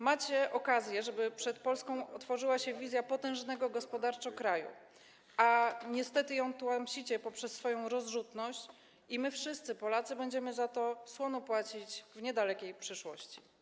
Macie okazję, żeby przed Polską otworzyła się wizja potężnego gospodarczo kraju, a niestety tłamsicie ją poprzez swoją rozrzutność i my wszyscy, Polacy, będziemy za to słono płacić w niedalekiej przyszłości.